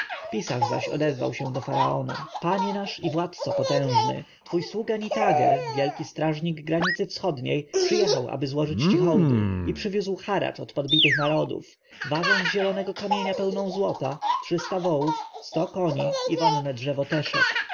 pisarz zaś odezwał się do faraona panie nasz i władco potężny twój sługa nitager wielki strażnik granicy wschodniej przyjechał aby złożyć ci hołdy i przywiózł haracz od podbitych narodów wazę z zielonego kamienia pełną złota trzysta ołów sto koni i wonne drzewo teszep